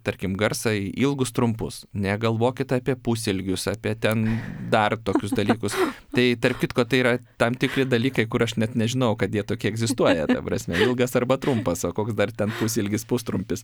tarkim garsą į ilgus trumpus negalvokit apie pusilgius apie ten dar tokius dalykus tai tarp kitko tai yra tam tikri dalykai kur aš net nežinojau kad jie tokie egzistuoja ta prasme ilgas arba trumpas o koks dar ten pusilgis pustrumpis